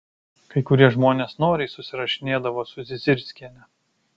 kai kurie žmonės noriai susirašinėdavo su zizirskiene